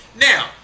Now